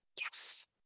Yes